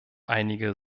einige